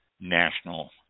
national